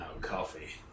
coffee